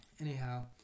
anyhow